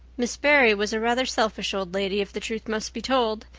miss barry was a rather selfish old lady, if the truth must be told,